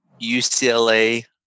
ucla